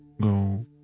go